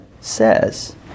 says